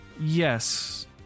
Yes